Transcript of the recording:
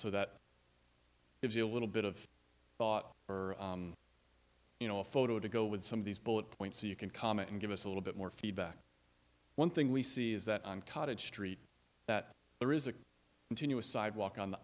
so that gives you a little bit of thought or you know a photo to go with some of these bullet points so you can comment and give us a little bit more feedback one thing we see is that on cottage street that there is a continuous sidewalk on the